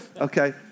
Okay